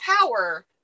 power